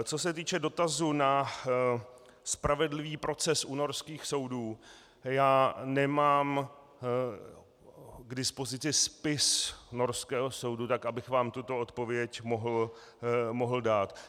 Co se týče dotazu na spravedlivý proces u norských soudů, já nemám k dispozici spis norského soudu tak, abych vám tuto odpověď mohl dát.